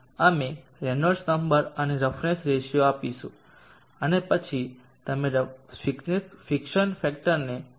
અમે Reynolds number અને roughness ratio આપીશું અને પછી તમે ફિક્શન ફેક્ટરને 0